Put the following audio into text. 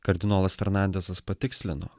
kardinolas fernandezas patikslino